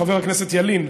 חבר הכנסת ילין,